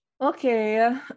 Okay